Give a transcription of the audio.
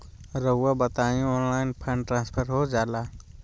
रहुआ बताइए online fund transfer हो जाला?